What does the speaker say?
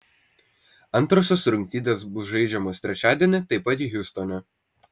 antrosios rungtynės bus žaidžiamos trečiadienį taip pat hjustone